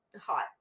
hot